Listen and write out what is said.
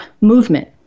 movement